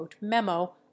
memo